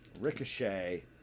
Ricochet